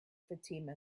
fatima